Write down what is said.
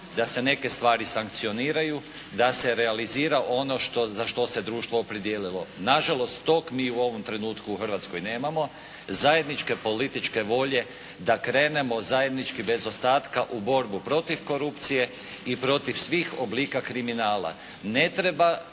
da se neke stvari sankcioniraju, da se realizira ono što, za što se društvo opredijelilo. Nažalost, tog mi u ovom trenutku u Hrvatskoj nemamo, zajedničke političke volje, da krenemo zajednički bez ostatka u borbu protiv korupcije i protiv svih oblika kriminala. Ne treba